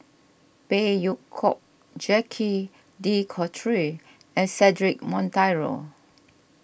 Phey Yew Kok Jacques De Coutre and Cedric Monteiro